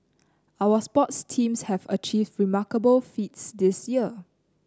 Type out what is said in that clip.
our sports teams have achieved remarkable feats this year